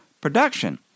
production